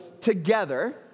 together